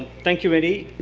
thank you, wendy.